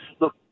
look